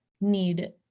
need